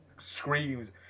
screams